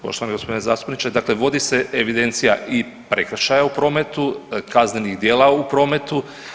Poštovani gospodine zastupniče, dakle vodi se evidencija i prekršaja u prometu, kaznenih djela u prometu.